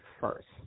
first